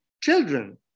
children